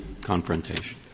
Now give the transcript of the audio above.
confrontation